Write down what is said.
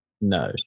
No